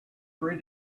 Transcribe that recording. three